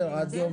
עד יום